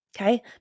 Okay